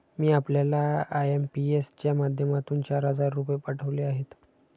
मी आपल्याला आय.एम.पी.एस च्या माध्यमातून चार हजार रुपये पाठवले आहेत